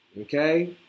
okay